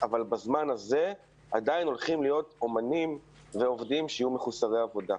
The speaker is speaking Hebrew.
אבל בזמן הזה עדיין הולכים להיות אומנים ועובדים שיהיו מחוסרי עבודה.